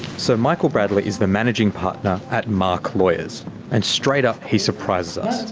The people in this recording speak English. so, michael bradley is the managing partner at marque lawyers and straight up he surprises us.